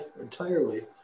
entirely